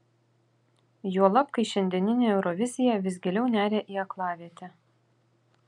juolab kai šiandienė eurovizija vis giliau neria į aklavietę